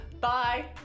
Bye